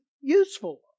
useful